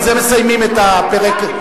בזה מסיימים את הפרק.